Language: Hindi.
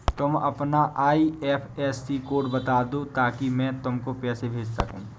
तुम अपना आई.एफ.एस.सी कोड बता दो ताकि मैं तुमको पैसे भेज सकूँ